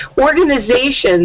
organizations